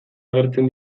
agertzen